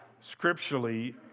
scripturally